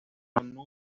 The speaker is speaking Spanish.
llamado